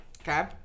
Okay